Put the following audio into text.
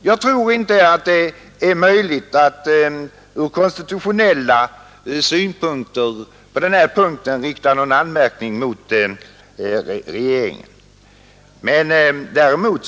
Jag tror inte det är möjligt att ur konstitutionella synpunkter rikta någon anmärkning mot regeringen på den här punkten.